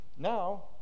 now